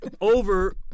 Over